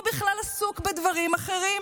הוא בכלל עסוק בדברים אחרים.